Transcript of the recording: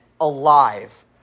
alive